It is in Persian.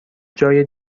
جای